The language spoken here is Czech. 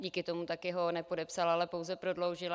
Díky tomu taky ho nepodepsal, ale pouze prodloužil.